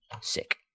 Sick